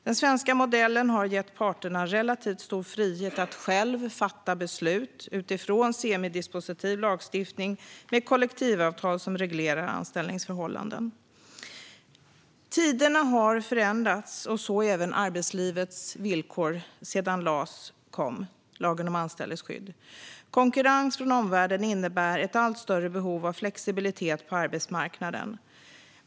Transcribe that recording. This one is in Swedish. Den svenska modellen har gett parterna relativt stor frihet att själva fatta beslut utifrån semidispositiv lagstiftning med kollektivavtal som reglerar anställningsförhållanden. Tiderna har förändrats, så även arbetslivets villkor, sedan LAS, lagen om anställningsskydd, kom. Konkurrens från omvärlden innebär ett allt större behov av flexibilitet på arbetsmarknaden.